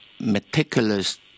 meticulous